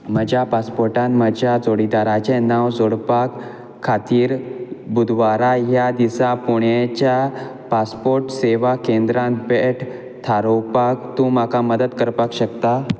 म्हज्या पासपोर्टान म्हज्या जोडिदाराचें नांव सोडपाक खातीर बुधवारा ह्या दिसा पुणेच्या पासपोर्ट सेवा केंद्रान भेट थारोवपाक तूं म्हाका मदत करपाक शकता